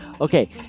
Okay